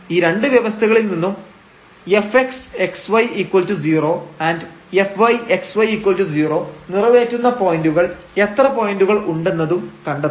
ഈ രണ്ട് വ്യവസ്ഥകളിൽ നിന്നും fxxy0 fyxy0 നിറവേറ്റുന്ന പോയന്റുകൾ എത്ര പോയന്റുകൾ ഉണ്ടെന്നതും കണ്ടെത്തണം